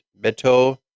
Beto